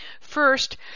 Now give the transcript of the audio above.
first